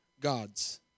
gods